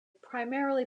primarily